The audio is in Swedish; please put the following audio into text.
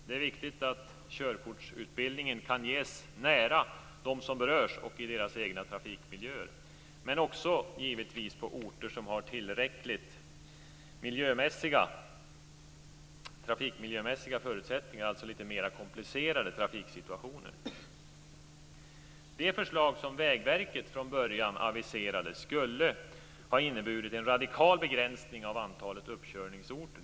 Det är viktigt att körkortsutbildningen kan ges nära dem som berörs och i deras egna trafikmiljöer, men det måste givetvis också vara fråga om orter som har tillräckliga trafikmiljömässiga förutsättningar, alltså litet mer komplicerade trafiksituationer. Det förslag som Vägverket från början aviserade skulle ha inneburit en radikal begränsning av antalet uppkörningsorter.